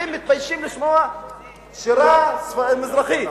אתם מתביישים לשמוע שירה מזרחית.